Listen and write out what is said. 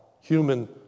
human